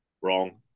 Wrong